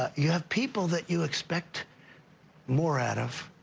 ah you have people that you expect more out of,